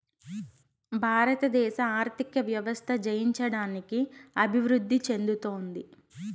భారతదేశ ఆర్థిక వ్యవస్థ జయించడానికి అభివృద్ధి చెందుతోంది